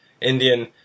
Indian